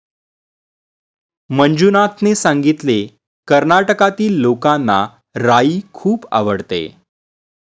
मंजुनाथने सांगितले, कर्नाटकातील लोकांना राई खूप आवडते